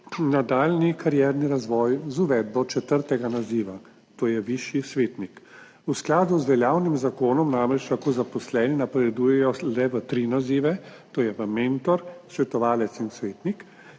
nadaljnji karierni razvoj z uvedbo četrtega naziva, to je višji svetnik. V skladu z veljavnim zakonom namreč lahko zaposleni napredujejo le v tri nazive, to je v mentor, svetovalec in svetnik,